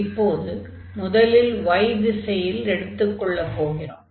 இப்போது முதலில் y திசையில் எடுத்துக்கொள்ளப் போகிறோம்